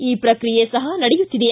ಆ ಪ್ರಕ್ರಿಯೆ ಸಹ ನಡೆಯುತ್ತಿದೆ